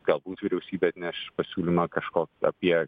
galbūt vyriausybė atneš pasiūlymą kažko apie